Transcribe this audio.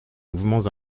mouvements